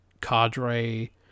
cadre